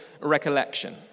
recollection